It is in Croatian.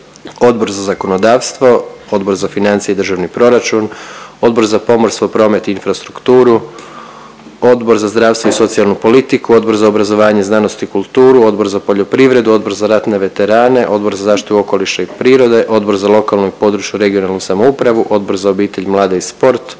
Odbor za zakonodavstvo, Odbor za financije i državni proračun, Odbor za pomorstvo, promet i infrastrukturu, Odbor za zdravstvo i socijalnu politiku, Odbor za obrazovanje, znanost i kulturu, Odbor za poljoprivredu, Odbor za ratne veterane, Odbor za zaštitu okoliša i prirode, Odbor za lokalnu i područnu (regionalnu) samoupravu, Odbor za obitelj, mlade i sport,